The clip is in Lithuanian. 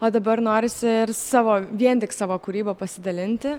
o dabar norisi ir savo vien tik savo kūryba pasidalinti